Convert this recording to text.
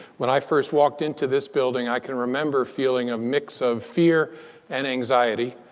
when i first walked into this building, i can remember feeling a mix of fear and anxiety.